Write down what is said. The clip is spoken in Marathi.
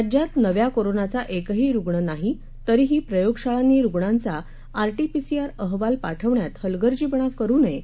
राज्यात नव्या कोरोनाचा एकही रुग्ण नाही तरीही प्रयोगशाळांनी रुगणांचा आर मीसीआर अहवाल पाठवण्यात हलगर्जीपणा करु नये